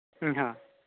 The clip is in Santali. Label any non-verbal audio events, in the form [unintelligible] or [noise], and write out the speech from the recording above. [unintelligible]